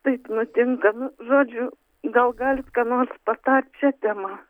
taip nutinka nu žodžiu gal galit ką nors patart šia tema